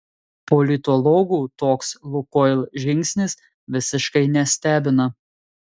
politologų toks lukoil žingsnis visiškai nestebina